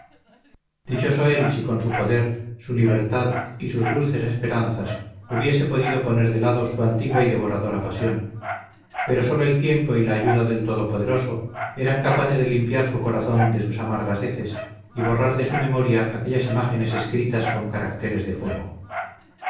dichoso él si con su poder su libertad y sus dulces esperanzas hubiese podido poner de lado su antigua y devoradora pasión pero sólo el tiempo y la ayuda del todopoderoso eran capaces de limpiar su corazón de sus amargas heces y borrar de su memoria aquellas imágenes escritas con caracteres de fuego